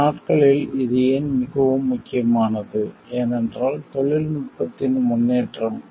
இந்த நாட்களில் இது ஏன் மிகவும் முக்கியமானது ஏனென்றால் தொழில்நுட்பத்தின் முன்னேற்றம்